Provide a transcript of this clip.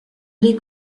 les